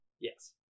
Yes